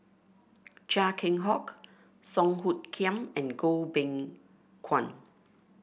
Chia Keng Hock Song Hoot Kiam and Goh Beng Kwan